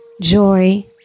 joy